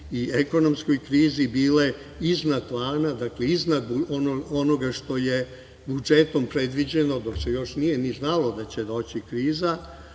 i ekonomskoj krizi, bile iznad plana, iznad onoga što je budžetom predviđeno dok se još nije ni znalo da će doći kriza,